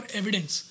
evidence